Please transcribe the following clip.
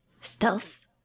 Stealth